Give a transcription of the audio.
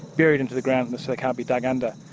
buried into the ground so they can't be dug under.